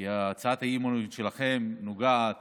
כי הצעת האי-אמון שלכם נוגעת